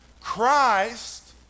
Christ